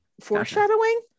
foreshadowing